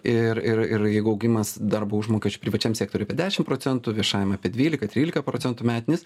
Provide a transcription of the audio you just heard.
ir ir ir jeigu augimas darbo užmokesčio privačiam sektoriuj apie dešim procentų viešajam apie dvylika trylika procentų metinis